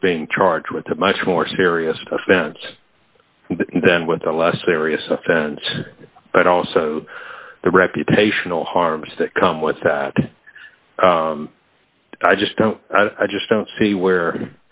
with being charged with a much more serious offense then with a less serious offense but also the reputational harms that come with that i just don't i just don't see where